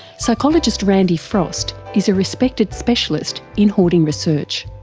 psychologist randy frost is a respected specialist in hoarding research.